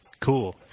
Cool